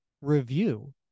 review